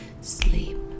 sleep